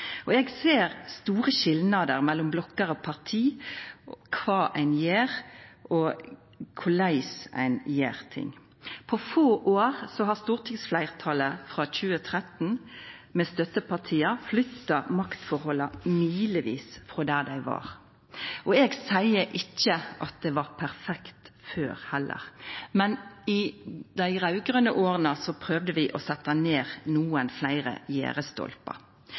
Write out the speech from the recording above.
og eg ser store skilnader mellom blokker av parti, kva ein gjer, og korleis ein gjer ting. På få år har stortingsfleirtalet frå 2013, med støttepartia, flytta maktforholda milevis frå der dei var. Eg seier ikkje at det var perfekt før heller, men i dei raud-grøne åra prøvde vi å setja ned nokre fleire